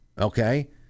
okay